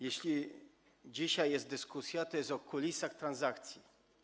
Jeśli dzisiaj jest dyskusja, to jest ona o kulisach transakcji.